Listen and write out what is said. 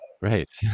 Right